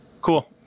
cool